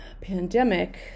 pandemic